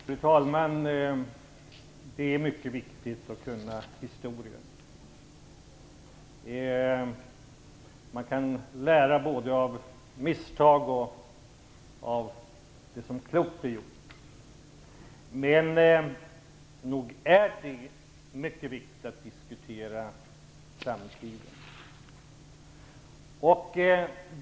Fru talman! Det är mycket viktigt att kunna historia. Man kan lära av både misstag och det som klokt är gjort. Men nog är det mycket viktigt att diskutera utvecklingen av samhällslivet.